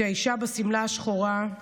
שהיא האישה בשמלה השחורה.